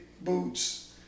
boots